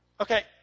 Okay